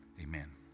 Amen